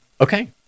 Okay